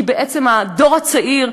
כי בעצם הדור הצעיר,